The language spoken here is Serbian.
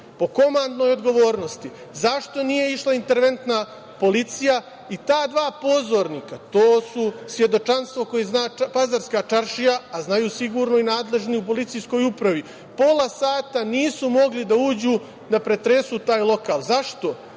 po komandnoj odgovornosti - zašto nije išla interventna policija? Ta dva pozornika, to je svedočanstvo koje zna Pazarska čaršija, a znaju sigurno i nadležni u Policijskoj upravi, pola sata nisu mogli da uđu da pretresu taj lokal. Zašto?